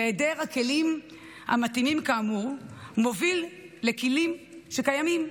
והיעדר הכלים המתאימים כאמור מוביל לכלים שקיימים,